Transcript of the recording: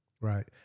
Right